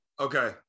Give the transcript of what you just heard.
okay